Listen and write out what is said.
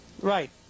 Right